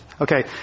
Okay